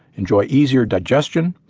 enjoy easier digestion,